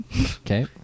Okay